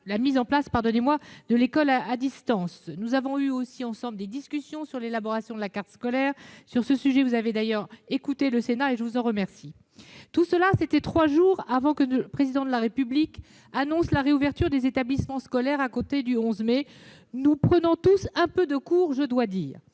la mise en place de l'école à distance. Nous avons également eu des discussions sur l'élaboration de la carte scolaire ; sur ce sujet, vous avez d'ailleurs écouté le Sénat, et je vous en remercie. Tout cela, c'était trois jours avant l'annonce, par le Président de la République, de la réouverture des établissements scolaires à compter du 11 mai, nous prenant tous un peu de court, je dois le